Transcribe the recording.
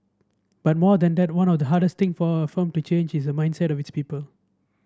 but more than that one of the hardest thing for a firm to change is the mindset of its people